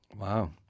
Wow